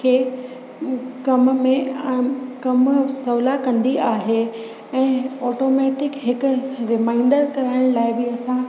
खे कम में आ कमु सहुला कंदी आहे ऐं ऑटोमेटिक हिकु रिमांडर करण लाइ बि असां